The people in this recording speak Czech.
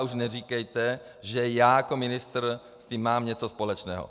A už neříkejte, že já jako ministr s tím mám něco společného.